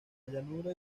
llanura